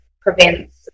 prevents